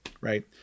right